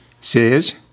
says